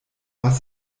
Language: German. was